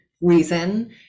reason